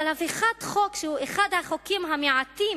אבל הפיכת חוק שהוא אחד החוקים המעטים